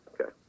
Okay